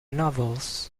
novels